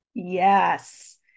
Yes